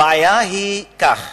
הבעיה היא כך,